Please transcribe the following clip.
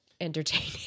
entertaining